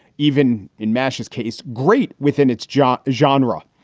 even in masha's case, great within its jaw genre.